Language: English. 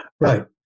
Right